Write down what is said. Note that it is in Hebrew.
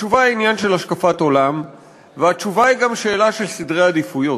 התשובה היא עניין של השקפת עולם והתשובה היא גם שאלה של סדרי עדיפויות.